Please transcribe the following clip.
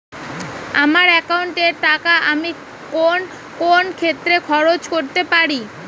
আমার একাউন্ট এর টাকা আমি কোন কোন ক্ষেত্রে খরচ করতে পারি?